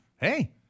Hey